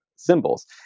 symbols